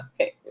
Okay